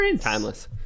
timeless